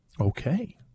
Okay